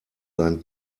sein